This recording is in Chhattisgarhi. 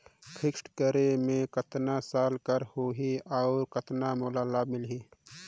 फिक्स्ड करे मे कतना साल कर हो ही और कतना मोला लाभ मिल ही?